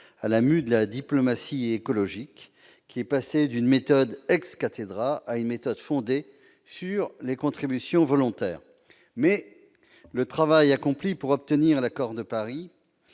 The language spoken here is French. à la mue de la diplomatie écologique, qui est passée d'une démarche à une méthode fondée sur des contributions volontaires. Le travail accompli pour obtenir l'accord de Paris